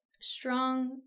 strong